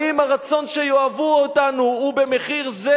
האם הרצון שיאהבו אותנו הוא במחיר זה